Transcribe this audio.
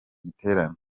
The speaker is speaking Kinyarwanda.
giterane